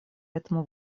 этому